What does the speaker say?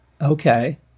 Okay